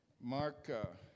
Mark